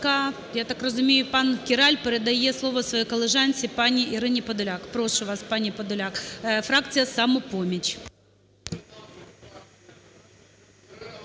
я так розумію, пан Кіраль передає слово своїй колежанці пані Ірині Подоляк. Прошу вас, пані Подоляк. Фракція "Самопоміч".